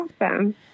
awesome